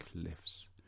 cliffs